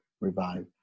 Revive